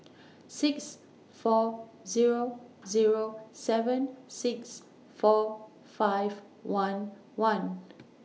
six four Zero Zero seven six four five one one